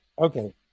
Okay